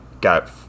got